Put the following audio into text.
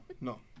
No